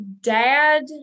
dad